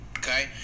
okay